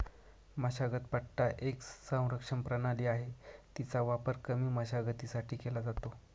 मशागत पट्टा एक संरक्षण प्रणाली आहे, तिचा वापर कमी मशागतीसाठी केला जातो